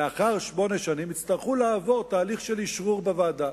לאחר שמונה שנים יצטרכו לעבור תהליך של אשרור בוועדה,